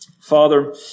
Father